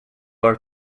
war